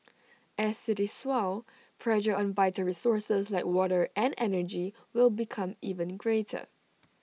as cities swell pressure on vital resources like water and energy will become even greater